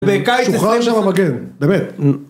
שולחן למגן, באמת.